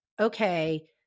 okay